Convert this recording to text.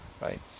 right